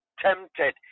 tempted